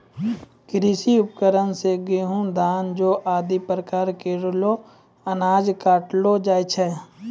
कृषि उपकरण सें गेंहू, धान, जौ आदि प्रकार केरो अनाज काटलो जाय छै